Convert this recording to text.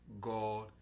God